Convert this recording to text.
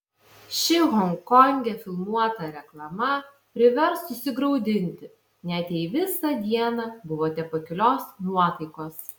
ši honkonge filmuota reklama privers susigraudinti net jei visą dieną buvote pakilios nuotaikos